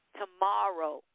tomorrow